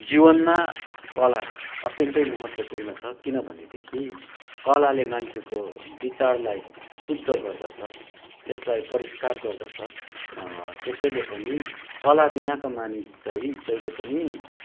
जीवनमा कला अत्यन्तै महत्त्वपूर्ण छ किनभनेदेखि कलाले मान्छेको विचारलाई शुद्ध गर्दछ त्यसलाई परिष्कार गर्दछ त्यसैले पनि कलाबिनाको मानिस चाहिँ जहिले पनि